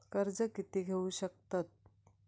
कर्ज कीती घेऊ शकतत?